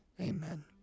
amen